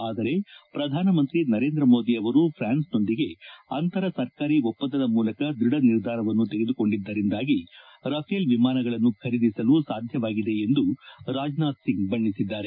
ಆದರೆ ಪ್ರಧಾನಮಂತ್ರಿ ನರೇಂದ್ರ ಮೋದಿ ಅವರು ಫ್ರಾನ್ಸ್ನೊಂದಿಗೆ ಅಂತರ ಸರ್ಕಾರಿ ಒಪ್ಪಂದದ ಮೂಲಕ ದೃಢ ನಿರ್ಧಾರವನ್ನು ತೆಗೆದುಕೊಂಡಿದ್ದರಿಂದಾಗಿ ರಫೇಲ್ ವಿಮಾನಗಳನ್ನು ಖರೀದಿಸಲು ಸಾಧ್ಯವಾಗಿದೆ ಎಂದು ರಾಜನಾಥ್ ಸಿಂಗ್ ಬಣ್ಣಿಸಿದ್ದಾರೆ